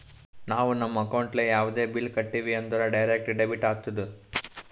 ನಾವು ನಮ್ ಅಕೌಂಟ್ಲೆ ಯಾವುದೇ ಬಿಲ್ ಕಟ್ಟಿವಿ ಅಂದುರ್ ಡೈರೆಕ್ಟ್ ಡೆಬಿಟ್ ಆತ್ತುದ್